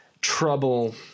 trouble